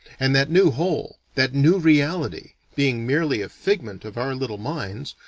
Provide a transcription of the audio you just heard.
and that new whole, that new reality, being merely a figment of our little minds,